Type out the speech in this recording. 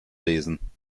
lesen